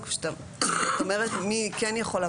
המיוחד